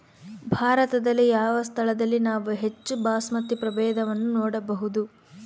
ಭಾರತದಲ್ಲಿ ಯಾವ ಸ್ಥಳದಲ್ಲಿ ನಾವು ಹೆಚ್ಚು ಬಾಸ್ಮತಿ ಪ್ರಭೇದವನ್ನು ನೋಡಬಹುದು?